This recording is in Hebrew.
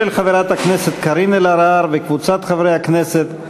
של חברת הכנסת קארין אלהרר וקבוצת חברי הכנסת.